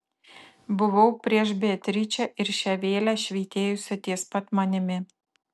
buvau prieš beatričę ir šią vėlę švytėjusią ties pat manimi